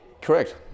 Correct